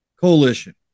coalition